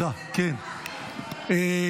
חבר הכנסת פורר,